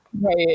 Right